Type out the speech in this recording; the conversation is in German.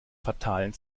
fatalen